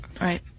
right